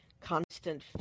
constant